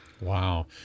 wow